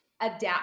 adapt